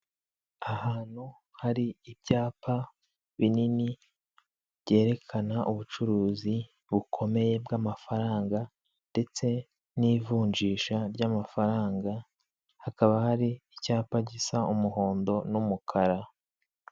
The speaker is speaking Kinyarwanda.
Ahantu hari ibyapa binini byerekana ubucuruzi bukomeye bw'amafaranga ndetse n'ivunjisha ry'amafaranga hakaba hari icyapa gisa umuhondo n'umukara.